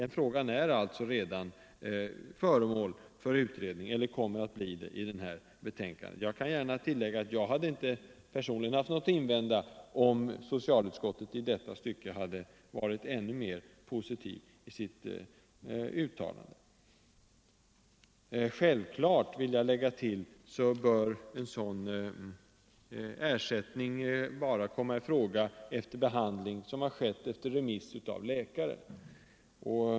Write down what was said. Jag hade personligen inte haft något att invända om socialutskottet i detta stycke hade ställt sig ännu mer positivt. Självklart bör ersättning från sjukkassan för behandling hos kiropraktor komma i fråga först om behandlingen skett efter remiss av läkare.